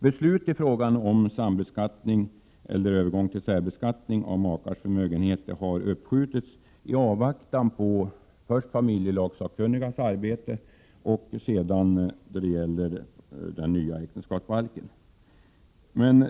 Beslut i frågan om sambeskattning eller övergång till särbeskattning av makars förmögenhet har uppskjutits i avvaktan på familjelagssakkunnigas arbete och den nya äktenskapsbalken.